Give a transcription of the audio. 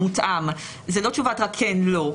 זה לא תשובת כן ולא.